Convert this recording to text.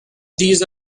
these